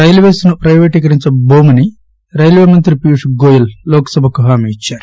railways ను పైవేటీకరించటోమని రైల్వేమంత్రి పీయూష్ గోయల్ లోక్సభకు హామీ ఇచ్చారు